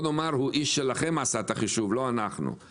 איש שלכם עשה את החישוב ולא אנחנו.